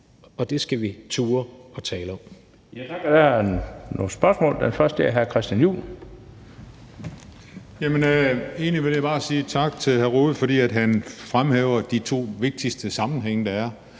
Det skal vi turde tale om.